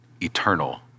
eternal